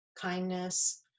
kindness